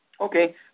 Okay